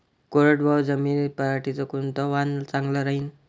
कोरडवाहू जमीनीत पऱ्हाटीचं कोनतं वान चांगलं रायीन?